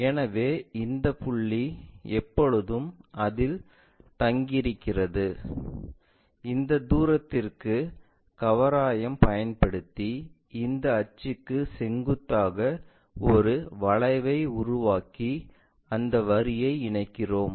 எனவே இந்த புள்ளி எப்போதும் அதில் தங்கியிருக்கிறது இந்த தூரத்திற்கு கவராயம் பயன்படுத்தி இந்த அச்சுக்கு செங்குத்தாக ஒரு வளைவை உருவாக்கி அந்த வரியை இணைகிறோம்